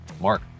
Mark